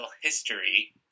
history